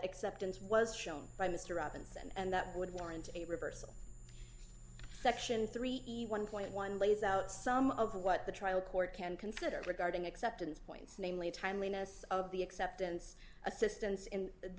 acceptance was shown by mr robinson and that would warrant a reversal section thirty one dollars lays out some of what the trial court can consider regarding acceptance points namely timeliness of the acceptance assistance in the